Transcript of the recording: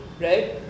right